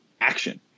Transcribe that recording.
action